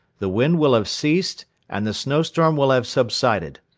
the wind will have ceased and the snowstorm will have subsided.